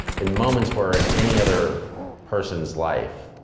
in moments where in any other person's life,